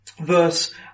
Verse